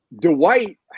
Dwight